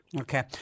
Okay